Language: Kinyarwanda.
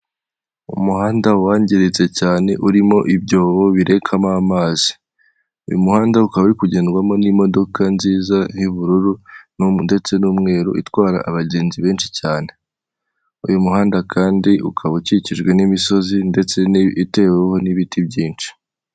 Umuhanda wangiritse cyane urimo ibyobo birekamo amazi, uyu muhanda ukaba uri kugendwamo n'imodoka nziza y'ubururu ndetse n'umweru itwara abagenzi benshi cyane, uyu muhanda kandi ukaba ukikijwe n'imisozi ndetse iteweho n'ibiti byinshi.